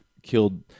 killed